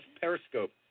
Periscope